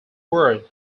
word